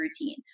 routine